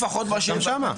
גם שם.